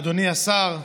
אדוני השר,